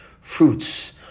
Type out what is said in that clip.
Fruits